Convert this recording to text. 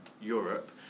Europe